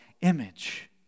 image